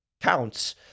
counts